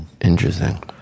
interesting